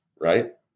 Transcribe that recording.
right